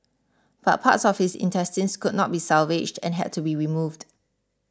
but parts of his intestines could not be salvaged and had to be removed